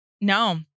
No